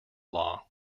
law